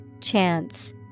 Chance